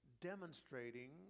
demonstrating